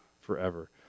forever